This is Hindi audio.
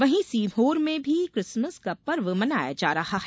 वहीं सीहोर में भी किसमस का पर्व मनाया जा रहा है